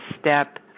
step